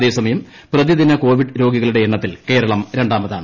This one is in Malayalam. അതേസമയം പ്രതിദിന കോവിഡ് രോഗികളുടെ എണ്ണത്തിൽ കേരളം രണ്ടാമതാണ്